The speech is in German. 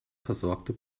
versorgte